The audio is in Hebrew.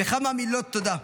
וכמה מילות תודה: